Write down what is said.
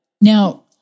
Now